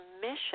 mission